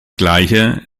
gleiche